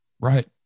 Right